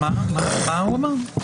מה הוא אמר?